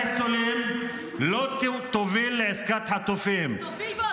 הגברת מדיניות החיסולים לא תוביל לעסקת חטופים -- תוביל ועוד איך.